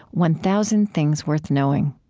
one thousand things worth knowing